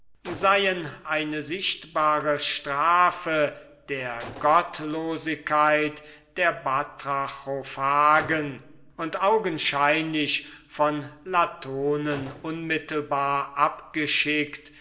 seien eine sichtliche strafe der gottlosigkeit der batrachophagen und augenscheinlich von latonen unmittelbar abgeschickt